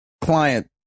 client